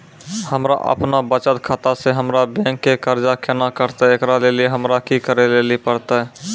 हमरा आपनौ बचत खाता से हमरौ बैंक के कर्जा केना कटतै ऐकरा लेली हमरा कि करै लेली परतै?